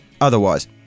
otherwise